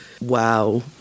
Wow